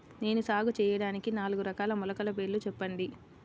నేను సాగు చేయటానికి నాలుగు రకాల మొలకల పేర్లు చెప్పండి?